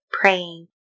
praying